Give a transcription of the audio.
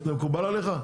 זה מקובל עליך?